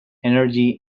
energy